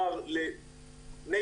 צבר ולמי